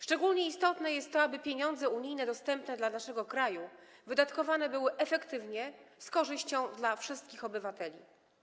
Szczególnie istotne jest to, aby pieniądze unijne dostępne dla naszego kraju wydatkowane były efektywnie, z korzyścią dla wszystkich obywateli.